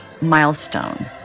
milestone